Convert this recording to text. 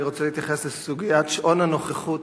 אני רוצה להתייחס לסוגיית שעון הנוכחות